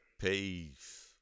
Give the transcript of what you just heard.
Peace